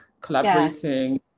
collaborating